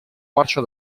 marcia